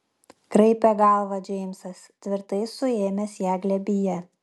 kraipė galvą džeimsas tvirtai suėmęs ją glėbyje